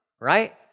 right